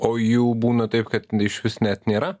o jų būna taip kad išvis net nėra